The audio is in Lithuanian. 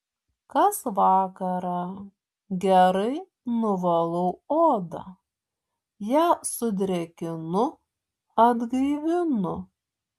kas vakarą gerai nuvalau odą ją sudrėkinu atgaivinu